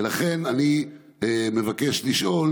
ולכן אני מבקש לשאול: